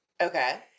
Okay